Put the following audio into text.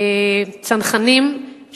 צנחנים,